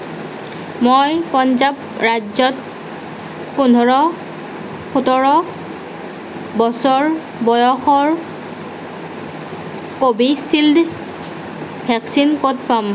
মই পঞ্জাৱ ৰাজ্যত পোন্ধৰ সোতৰ বছৰ বয়সৰ কোভিচিল্ড ভেকচিন ক'ত পাম